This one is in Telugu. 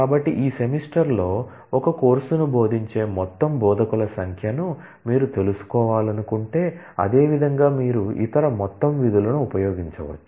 కాబట్టి ఈ సెమిస్టర్లో ఒక కోర్సును బోధించే మొత్తం బోధకుల సంఖ్యను మీరు తెలుసుకోవాలనుకుంటే అదే విధంగా మీరు ఇతర మొత్తం విధులను ఉపయోగించవచ్చు